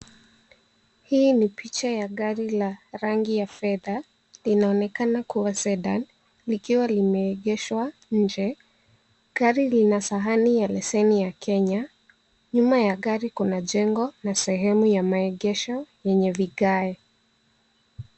Hii ni picha ya gari la rangi ya fedha linaonekana kuwa sedan likiwa limeegeshwa nje gari lina sahani ya leseni ya kenya nyuma ya gari kuna jengo na sehemu ya maegesho yenye vigae.